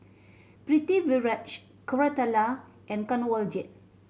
Pritiviraj Koratala and Kanwaljit